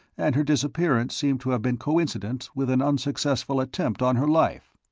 and her disappearance seems to have been coincident with an unsuccessful attempt on her life.